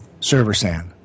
ServerSan